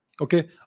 Okay